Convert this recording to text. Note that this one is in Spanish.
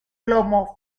plomo